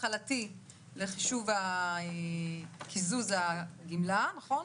ההתחלתי לחישוב קיזוז הגמלה נכון?